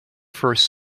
first